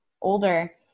older